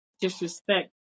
Disrespect